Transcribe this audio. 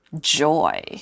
joy